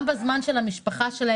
של המשפחה שלהם.